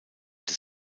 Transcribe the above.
des